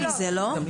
לא?